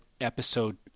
episode